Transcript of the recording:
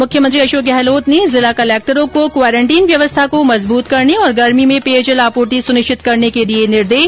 मुख्यमंत्री अशोक गहलोत ने जिला कलक्टरों को क्वारेन्टीन व्यवस्था को मजबूत करने और गर्मी में पेयजल आपूर्ति सुनिश्चित करने के दिए निर्देश